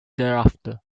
thereafter